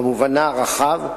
במובנה הרחב,